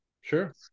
Sure